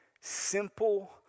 Simple